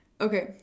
Okay